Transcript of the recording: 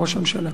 לראש הממשלה.